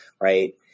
right